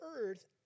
earth